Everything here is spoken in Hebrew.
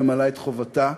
ממלאה את חובתה,